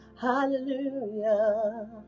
Hallelujah